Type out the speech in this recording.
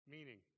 Meaning